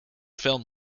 film